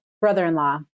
brother-in-law